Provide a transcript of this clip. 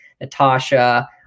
Natasha